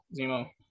Zemo